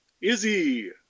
Izzy